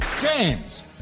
James